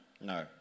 No